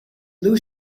blue